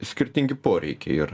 skirtingi poreikiai ir